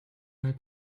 mal